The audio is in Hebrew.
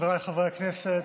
חבריי חברי הכנסת,